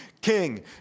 king